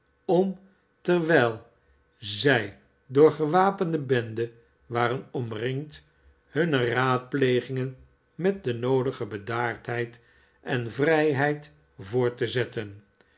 om terwijl zij door gewapende benden waren omringd hunne raadplegingen met de noodige bedaardheid en vrijheid voort te zetten